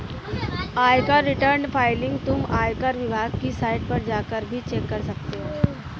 आयकर return filing तुम आयकर विभाग की साइट पर जाकर भी कर सकते हो